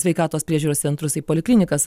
sveikatos priežiūros centrus į poliklinikas